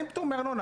אין פטור מארנונה.